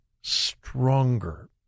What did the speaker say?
stronger